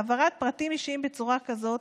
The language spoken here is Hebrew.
העברת פרטים אישיים בצורה כזאת